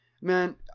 man